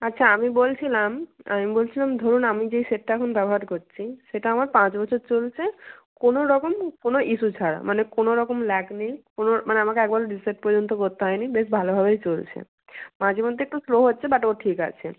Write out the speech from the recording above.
আচ্ছা আমি বলছিলাম আমি বলছিলাম ধরুন আমি যেই সেটটা এখন ব্যবহার করছি সেটা আমার পাঁচ বছর চলছে কোনো রকম কোনো ইস্যু ছাড়া মানে কোনো রকম ল্যাগ নেই কোনো মানে আমাকে একবারও রিসেট পর্যন্ত করতে হয় নি বেশ ভালোভাবেই চলছে মাঝে মধ্যে একটু স্লো হচ্ছে বাট ও ঠিক আছে